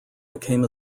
became